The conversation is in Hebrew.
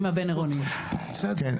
שלא יתפסו את הנהג שעולה על האוטו ומבצע עבירת